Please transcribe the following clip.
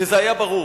שזה היה ברור,